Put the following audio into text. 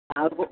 ଆଉ